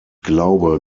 glaube